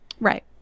Right